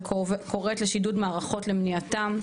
וקוראת לשידוד מערכות למניעתם.